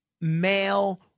male